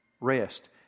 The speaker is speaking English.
rest